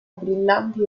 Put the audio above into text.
brillanti